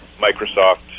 Microsoft